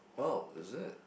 !wow! is it